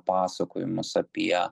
pasakojimus apie